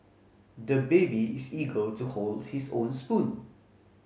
the baby is eager to hold his own spoon